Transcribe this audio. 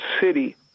city